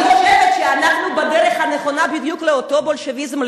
אני חושבת שאנחנו בדרך הנכונה בדיוק לאותו בולשביזם,